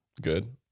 Good